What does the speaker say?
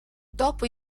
dopo